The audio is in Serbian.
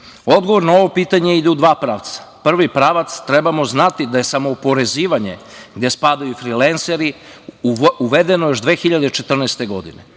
Odgovor na ovo pitanje ide u dva pravca. Prvi pravac trebamo znati da je samooporezivanje gde spadaju i frilenseri uvedeno još 2014. godine